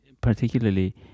particularly